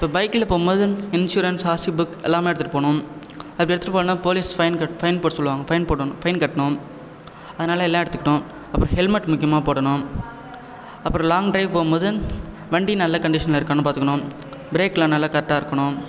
இப்போ பைக்கில் போகும் போது இன்ஷூரன்ஸ் ஆர்சி புக் எல்லாமே எடுத்துகிட்டுப் போகணும் அப்படி எடுத்துகிட்டு போகலன்னா போலீஸ் ஃபைன் கட் ஃபைன் போட சொல்லுவாங்க ஃபைன் போடணும் ஃபைன் கட்டணும் அதனால் எல்லாம் எடுத்துக்கிட்டோம் அப்புறம் ஹெல்மெட் முக்கியமாக போடணும் அப்புறம் லாங் டிரைவ் போகும் போது வண்டி நல்ல கண்டிஷனில் இருக்கான்னு பார்த்துக்கணும் பிரேக்லாம் நல்லா கரெக்ட்டாக இருக்கணும்